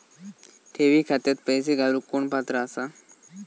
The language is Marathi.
ठेवी खात्यात पैसे घालूक कोण पात्र आसा?